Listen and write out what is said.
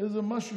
איזה משהו,